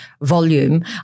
volume